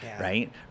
Right